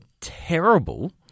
terrible